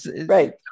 Right